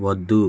వద్దు